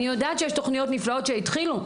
אני יודעת שיש תוכניות נפלאות שהתחילו,